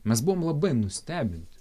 mes buvom labai nustebinti